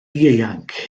ieuanc